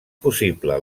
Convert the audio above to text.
possible